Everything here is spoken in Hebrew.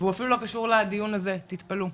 והוא אפילו לא קשור לדיון הזה, תתפלא,